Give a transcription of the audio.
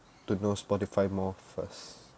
to know spotify more first